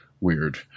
Weird